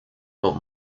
but